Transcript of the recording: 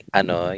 ano